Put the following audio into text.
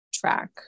track